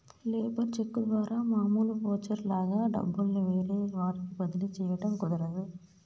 labour cheque ద్వారా మామూలు voucher లాగా డబ్బుల్ని వేరే వారికి బదిలీ చేయడం కుదరదు